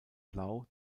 blau